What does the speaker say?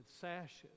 sashes